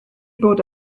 bod